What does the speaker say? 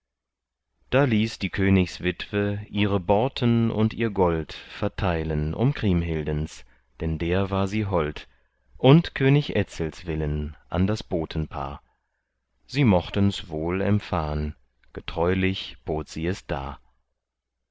da ließ die königswitwe ihre borten und ihr gold verteilen um kriemhildens denn der war sie hold und könig etzels willen an das botenpaar sie mochtens wohl empfahen getreulich bot sie es dar